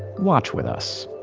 watch with us,